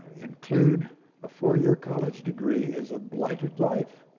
include a four-year college degree is a blighted life.